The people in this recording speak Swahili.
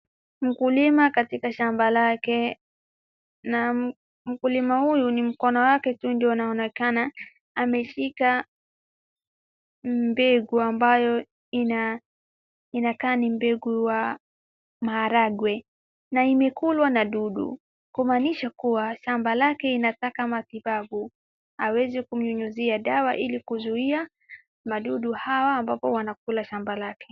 Mkulima katika shamba lake na mkulima huyu mkono wake tu ndiye anaonekana ameshika mbegu inakaa ni mbegu wa maharagwe na imekulwa na dudu kumaanisha kuwa shamba lake inataka matibabu aweze kunyunyizia dawa ili kuzuia madudu hawa ambapo wanakula shamba lake.